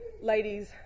Ladies